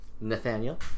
Nathaniel